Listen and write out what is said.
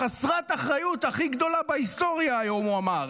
חסרת האחריות הכי גדולה בהיסטוריה, היום הוא אמר.